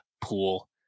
pool